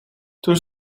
toen